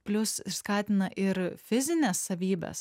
plius ir skatina ir fizines savybes